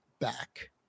back